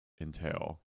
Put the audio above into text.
entail